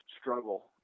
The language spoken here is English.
struggle